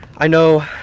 i know, ah,